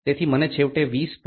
તેથી મને છેવટે 20